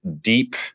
deep